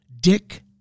Dick